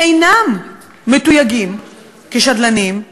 שאינם מתויגים כשדלנים,